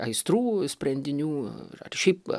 aistrų sprendinių ar šiaip